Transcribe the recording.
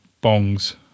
Bong's